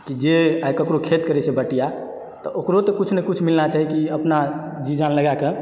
जे आइ ककरो खेत करैत छै बटिआ तऽ ओकरो तऽ कुछ न कुछ मिलना चाही कि अपना जी जान लगैक